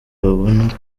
babona